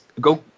go